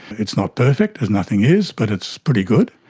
it's not perfect, as nothing is, but it's pretty good.